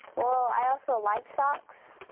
well, i also like socks,